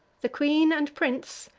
the queen and prince,